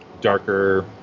darker